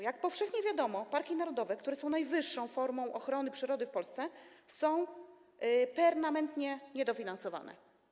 Jak powszechnie wiadomo, parki narodowe, które są najwyższą formą ochrony przyrody w Polsce, są permanentnie niedofinansowane.